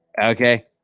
Okay